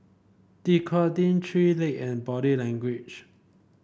Dequadin Three Leg and Body Language